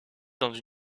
dans